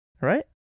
Right